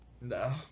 no